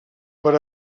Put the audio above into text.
per